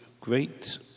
great